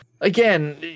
Again